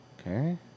Okay